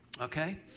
Okay